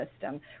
system